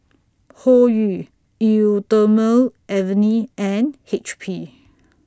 Hoyu Eau Thermale Avene and H P